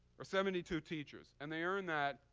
or seventy two teachers. and they earn that